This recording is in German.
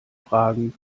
fragen